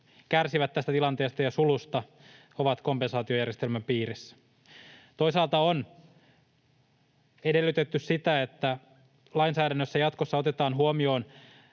kärsivät tästä tilanteesta ja sulusta, ovat kompensaatiojärjestelmän piirissä. Toisaalta on edellytetty sitä, että lainsäädännössä jatkossa otetaan huomioon